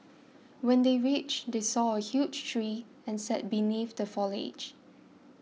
when they reached they saw a huge tree and sat beneath the foliage